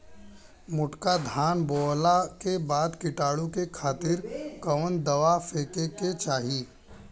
मोटका धान बोवला के बाद कीटाणु के खातिर कवन दावा फेके के चाही?